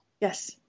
Yes